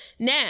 Now